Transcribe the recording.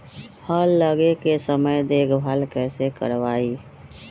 फल लगे के समय देखभाल कैसे करवाई?